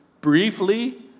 briefly